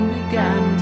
began